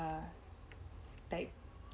uh that